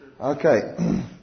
Okay